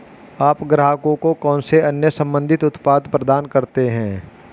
आप ग्राहकों को कौन से अन्य संबंधित उत्पाद प्रदान करते हैं?